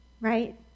right